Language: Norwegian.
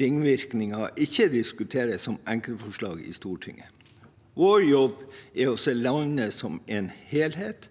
ringvirkninger ikke diskuteres som enkeltforslag i Stortinget. Vår jobb er å se landet som en helhet,